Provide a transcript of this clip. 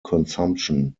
consumption